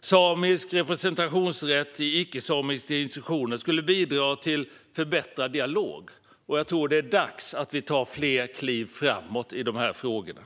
Samisk representationsrätt i icke-samiska institutioner skulle bidra till att förbättra denna dialog. Jag tror att det är dags att vi tar fler kliv framåt i de här frågorna.